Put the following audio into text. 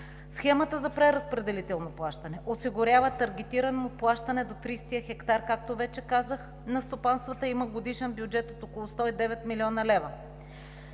Схемата за преразпределително плащане осигурява таргетирано плащане до 30-я хектар, както вече казах. На стопанствата има годишен бюджет от около 109 млн. лв.